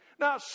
Now